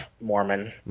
Mormon